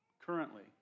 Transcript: Currently